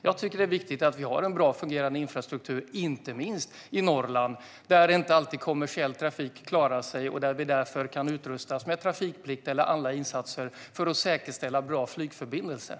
Jag tycker att det är viktigt att vi har en bra, fungerande infrastruktur, inte minst i Norrland där kommersiell trafik inte alltid klarar sig och där man därför kan utrustas med trafikplikt eller andra insatser för att säkerställa bra flygförbindelser.